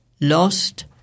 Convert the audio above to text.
lost